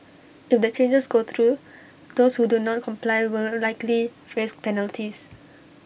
if the changes go through those who do not comply will likely face penalties